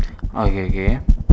okay K